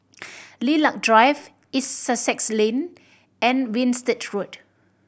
Lilac Drive East Sussex Lane and Winstedt Road